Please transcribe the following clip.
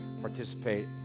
Participate